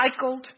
recycled